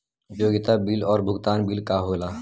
उपयोगिता बिल और भुगतान बिल का होला?